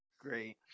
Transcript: Great